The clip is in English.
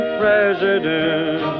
president